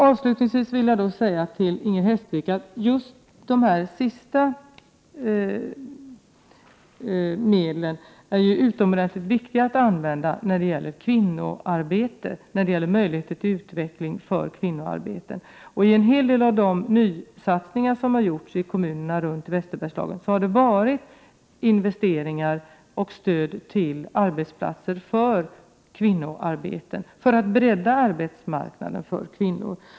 Avslutningsvis vill jag säga till Inger Hestvik att just de sistnämnda medlen är utomordentligt viktiga att använda när det gäller möjlighet till utveckling för kvinnoarbeten. I en hel del av de nysatsningar som har gjorts i. kommunerna i Västerbergslagen har det ingått investeringar och stöd till arbetsplatser för kvinnoarbete, för att bredda arbetsmarknaden för kvinnor.